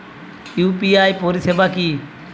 UPI পরিসেবা কি?